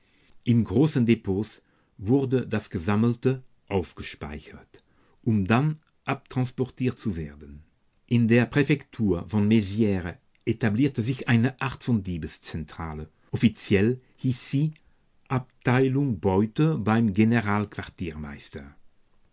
in großen depots wurde das gesammelte aufgespeichert um dann abtransportiert zu werden in der präfektur von mzires etablierte sich eine art von diebeszentrale offiziell hieß sie abteilung beute beim